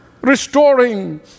restoring